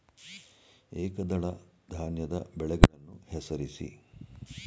ಏಕದಳ ಧಾನ್ಯದ ಬೆಳೆಗಳನ್ನು ಹೆಸರಿಸಿ?